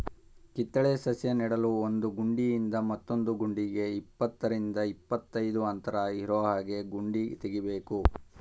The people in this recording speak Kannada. ಕಿತ್ತಳೆ ಸಸ್ಯ ನೆಡಲು ಒಂದು ಗುಂಡಿಯಿಂದ ಮತ್ತೊಂದು ಗುಂಡಿಗೆ ಇಪ್ಪತ್ತರಿಂದ ಇಪ್ಪತ್ತೈದು ಅಂತರ ಇರೋಹಾಗೆ ಗುಂಡಿ ತೆಗಿಬೇಕು